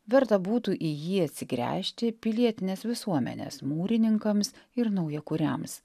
verta būtų į jį atsigręžti pilietinės visuomenės mūrininkams ir naujakuriams